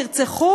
נרצחו,